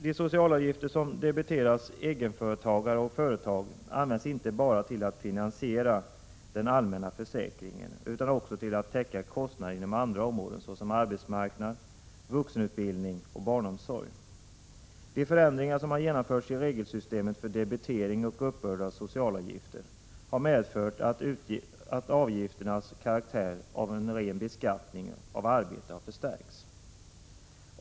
De socialavgifter som debiteras egenföretagare och företag används inte bara till att finansiera den allmänna försäkringen utan också till att täcka kostnader inom andra områden såsom arbetsmarknad, vuxenut bildning och barnomsorg. De förändringar som har genomförts i regelsyste — Prot. 1986/87:46 met för debitering och uppbörd av socialavgifter har medfört att avgifternas 10 december 1986 karaktär som en ren beskattning av arbete har förstärkts.